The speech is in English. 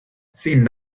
seemed